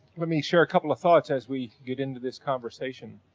let me share a couple of thoughts as we get into this conversation.